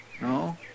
No